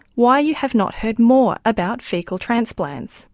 why you have not heard more about faecal transplants